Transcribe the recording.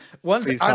one